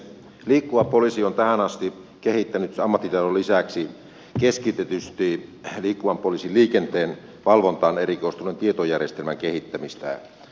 liikkuva poliisi on tähän asti kehittänyt ammattitaidon lisäksi keskitetysti liikkuvan poliisin liikenteenvalvontaan erikoistunutta tietojärjestelmää